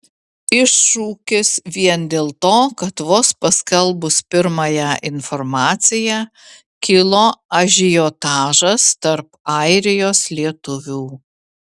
iššūkis vien dėl to kad vos paskelbus pirmąją informaciją kilo ažiotažas tarp airijos lietuvių